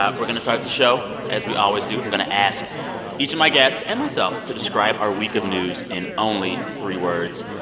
ah we're going to start the show as we always do. i'm going to ask each of my guests and myself to describe our week of news in only three words.